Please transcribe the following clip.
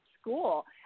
school